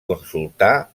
consultar